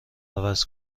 عوض